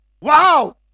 Wow